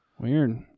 Weird